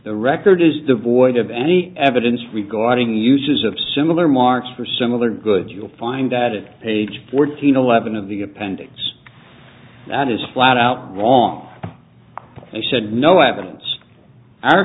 the record is devoid of any evidence regarding uses of similar marks for similar good you'll find that it page fourteen eleven in the appendix that is flat out wrong and said no evidence our